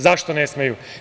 Zašto ne smeju?